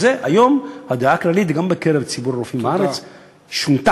היום הדעה הכללית גם בקרב ציבור הרופאים בארץ שונתה.